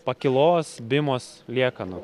pakylos bimos liekanų